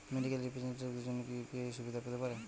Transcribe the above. Medical রিপ্রেজন্টেটিভদের জন্য কি ইউ.পি.আই সুবিধা পেতে পারে?